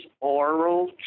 oral